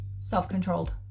self-controlled